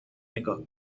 نگاه